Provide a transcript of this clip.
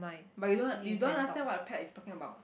but you don't you don't understand what the pet is talking about